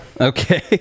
Okay